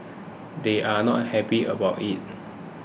they're not happy about it